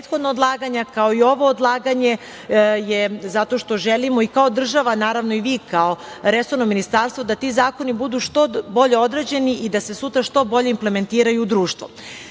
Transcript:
prethodna odlaganja, kao i ovo odlaganje, je zato što želimo i kao država, a naravno i vi kao resorno ministarstvo, da ti zakoni budu što bolje odrađeni i da se sutra što bolje implementiraju u društvo. Sama